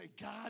God